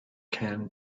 can